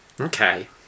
Okay